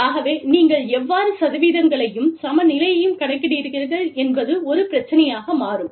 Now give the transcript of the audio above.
ஆகவே நீங்கள் எவ்வாறு சதவீதங்களையும் சமநிலையையும் கணக்கிடுகிறீர்கள் என்பது ஒரு பிரச்சினையாக மாறும்